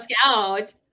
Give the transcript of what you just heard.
Scout